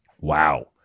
Wow